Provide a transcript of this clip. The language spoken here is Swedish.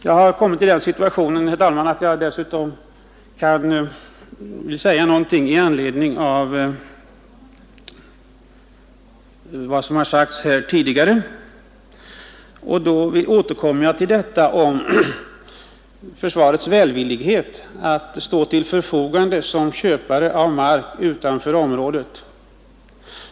Jag vill säga något, herr talman, i anledning av vad som sagts här tidigare, och då återkommer jag till frågan om försvarets välvilja att stå till förfogande som köpare av mark utanför området.